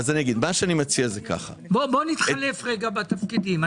בוא נתחלף רגע בתפקידים.